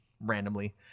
Randomly